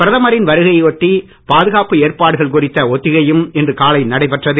பிரதமரின் வருகையை ஒட்டி பாதுகாப்பு ஏற்பாடுகள் குறித்த ஒத்திகையும் இன்று காலை நடைபெற்றது